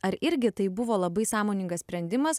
ar irgi tai buvo labai sąmoningas sprendimas